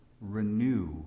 renew